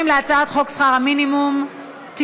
אנחנו עוברים להצעת חוק שכר מינימום (תיקון,